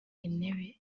intebe